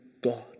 God